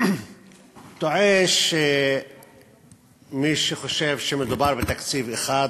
טועה מי שחושב שמדובר בתקציב אחד,